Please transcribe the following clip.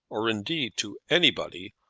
or indeed to anybody,